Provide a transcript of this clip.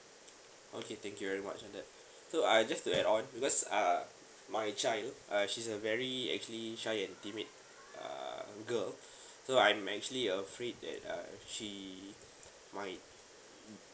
okay thank you very much on that so I just to add on because uh my child uh she's a very actually shy and intimate uh girl so I'm actually afraid that uh she might